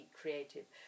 creative